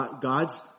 God's